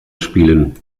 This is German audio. spielen